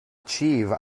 achieve